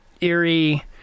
eerie